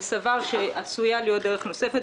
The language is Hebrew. הוא סבר שעשויה להיות דרך נוספת,